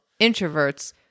Introverts